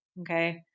okay